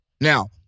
Now